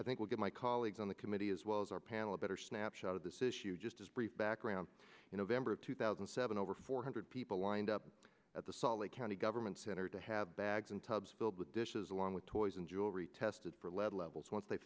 i think will give my colleagues on the committee as well as our panel a better snapshot of this issue just as brief background you november of two thousand and seven over four hundred people lined up at the salt lake county government center to have bags and tubs filled with dishes along with toys and jewelry tested for lead levels once they